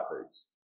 foods